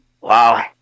Wow